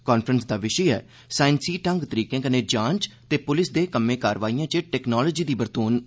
conference दा विषे ऐ 'साईंसी ढंग तरीके कन्नै जांच ते पुलिस दे कम्मे कारवाइयें च टैक्नोलोजी दी बरतून'